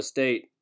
State